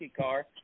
car